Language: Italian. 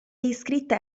iscritta